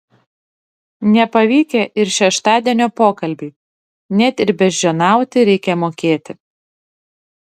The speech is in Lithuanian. nepavykę ir šeštadienio pokalbiai net ir beždžioniauti reikia mokėti